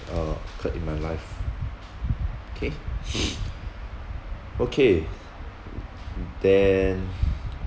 uh occurred in my life K okay then